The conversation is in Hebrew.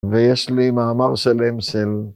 ויש לי מאמר שלם של